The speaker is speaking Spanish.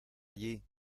allí